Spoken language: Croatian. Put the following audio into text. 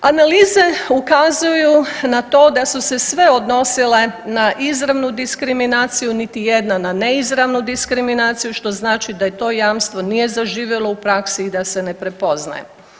Analize ukazuju na to da su se sve odnosile na izravnu diskriminaciju, niti jedna na neizravnu diskriminaciju, što znači da to jamstvo nije zaživjelo u praksi i da se ne prepoznaje.